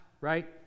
right